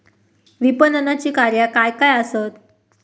विपणनाची कार्या काय काय आसत?